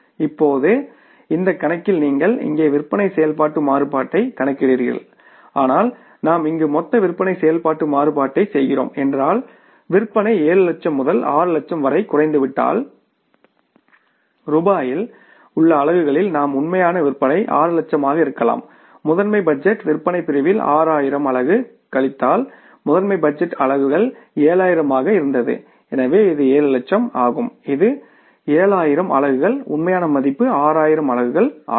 இப்போது இந்த கணக்கில நீங்கள் இங்கே விற்பனை செயல்பாட்டு மாறுபாட்டைக் கணக்கிடுகிறீர்கள் ஆனால் நாம் இங்கு மொத்த விற்பனை செயல்பாட்டு மாறுபாட்டைச் செய்கிறோம் என்றால் விற்பனை 7 லட்சம் முதல் 6 லட்சம் வரை குறைந்துவிட்டால் ரூபாயில் உள்ள அலகுகளில் நம் உண்மையான விற்பனை 6 லட்சமாக இருக்கலாம் முதன்மை பட்ஜெட் விற்பனை பிரிவில் 6 ஆயிரம் அலகு கழித்தால் மாஸ்டர் பட்ஜெட் அலகுகள் 7000 ஆக இருந்தது எனவே இது 7 லட்சம் ஆகும் இது 7000 அலகுகள் உண்மையான மதிப்பு 6 ஆயிரம் அலகுகள் ஆகும்